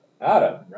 Adam